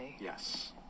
Yes